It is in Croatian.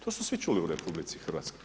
To su svi čuli u RH.